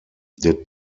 der